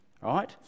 right